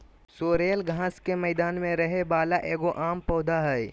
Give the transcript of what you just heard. sorrel घास के मैदान में रहे वाला एगो आम पौधा हइ